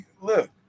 look